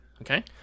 Okay